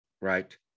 Right